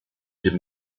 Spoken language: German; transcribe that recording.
den